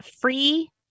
free